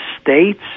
states